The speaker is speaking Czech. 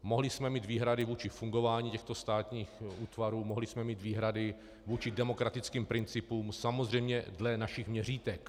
Mohli jsme mít výhrady vůči fungování těchto státních útvarů, mohli jsme mít výhrady vůči demokratickým principům samozřejmě dle našich měřítek.